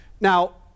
Now